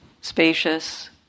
spacious